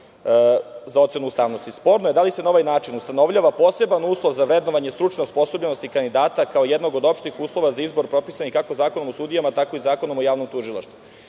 za ocenu ustavnosti. „Sporno je da li se na ovaj način ustanovljava poseban uslov za vrednovanje stručne osposobljenosti kandidata kao jednog od opštih uslova za izbor propisanih kako Zakonom o sudijama, tako i Zakonom o javnom tužilaštvu.